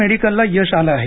मेडिकलला यश आलं आहे